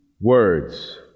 words